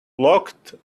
locked